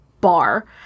bar